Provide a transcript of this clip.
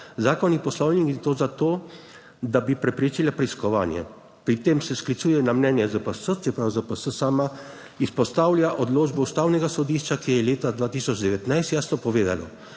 zakon in Poslovnik, in to zato, da bi preprečila preiskovanje. Pri tem se sklicuje na mnenje ZPS, čeprav ZPS sama izpostavlja odločbo Ustavnega sodišča, ki je leta 2019 jasno povedalo,